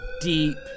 deep